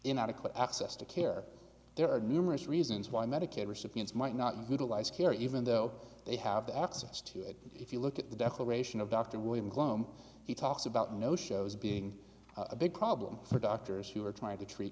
inadequate access to care there are numerous reasons why medicaid recipients might not utilize care even though they have access to it if you look at the declaration of dr william gloom he talks about no shows being a big problem for doctors who are trying to treat